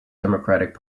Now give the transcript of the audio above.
democratic